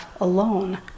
alone